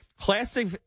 Classic